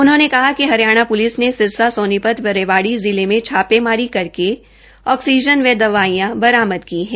उन्होंने कहा कि हरियाणा पुलिस ने सिरसा सोनीपत व रेवाड़ी जिले में छापेमारी करके ऑक्सीजन व दवाईयां बरामद की है